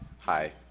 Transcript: Hi